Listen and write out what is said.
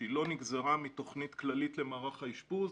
שלא נגזרה מתוכנית כללית למערך האשפוז.